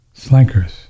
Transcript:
Slankers